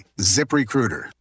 ZipRecruiter